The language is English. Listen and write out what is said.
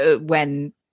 when-